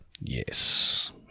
Yes